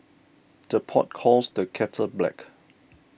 the pot calls the kettle black